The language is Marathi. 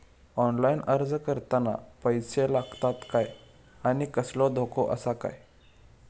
ऑनलाइन अर्ज करताना पैशे लागतत काय आनी कसलो धोको आसा काय?